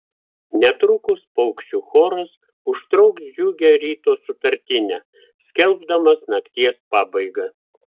netrukus paukščių choras užtrauks džiugią ryto sutartinę skelbdamas nakties pabaigą